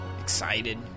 Excited